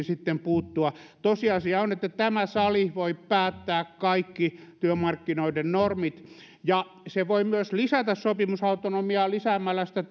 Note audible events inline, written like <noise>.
<unintelligible> sitten puuttua tosiasia on että tämä sali voi päättää kaikki työmarkkinoiden normit ja se voi myös lisätä sopimusautonomiaa lisäämällä sitä <unintelligible>